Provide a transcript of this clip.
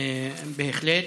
בהחלט.